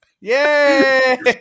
Yay